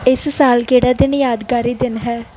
ਇਸ ਸਾਲ ਕਿਹੜਾ ਦਿਨ ਯਾਦਗਾਰੀ ਦਿਨ ਹੈ